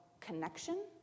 connection